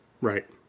right